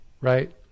right